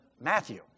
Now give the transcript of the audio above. Matthew